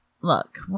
look